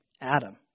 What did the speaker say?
Adam